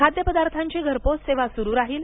खाद्यपदार्थांची घरपोच सेवा सुरु राहील